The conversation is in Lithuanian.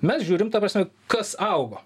mes žiūrim ta prasme kas augo